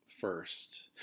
first